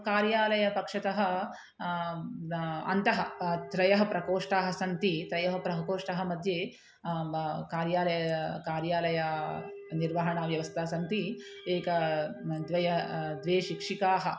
कार्यालयपक्षतः अन्तः त्रयः प्रकोष्ठाः सन्ति त्रयः प्रकोष्ठमध्ये म कार्यालय कार्यालयनिर्वहणव्यवस्था सन्ति एका द्वय द्वे शिक्षिकाः